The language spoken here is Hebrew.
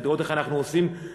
על מנת לראות איך אנחנו עושים דברים